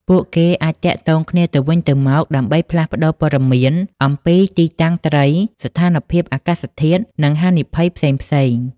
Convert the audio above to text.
ពួកគេអាចទាក់ទងគ្នាទៅវិញទៅមកដើម្បីផ្លាស់ប្ដូរព័ត៌មានអំពីទីតាំងត្រី ស្ថានភាពអាកាសធាតុ និងហានិភ័យផ្សេងៗ។